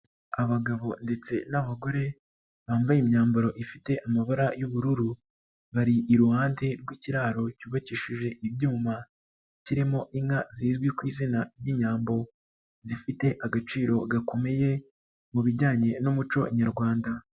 Abagabo ndetse n'abagore, bambaye imyambaro ifite amabara y'ubururu, bari iruhande rw'ikiraro cyubakishije ibyuma ,kirimo inka zizwi ku izina ry'inyambo. Zifite agaciro gakomeye ,mu bijyanye n'umuco nyarwanda.